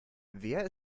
wer